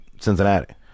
Cincinnati